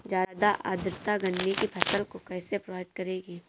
ज़्यादा आर्द्रता गन्ने की फसल को कैसे प्रभावित करेगी?